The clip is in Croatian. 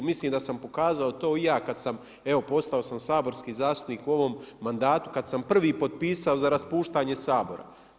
Mislim da sam pokazao to i ja kad sam evo postao sam saborski zastupnik u ovom mandatu kad sam prvi potpisao za raspuštanje Sabora.